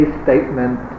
statement